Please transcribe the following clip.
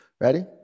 Ready